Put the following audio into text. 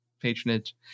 patronage